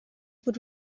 would